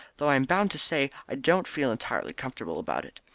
though i am bound to say i don't feel entirely comfortable about it.